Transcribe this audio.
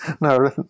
No